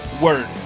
word